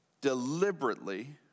deliberately